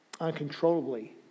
uncontrollably